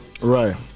Right